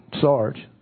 Sarge